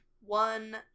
one